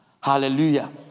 Hallelujah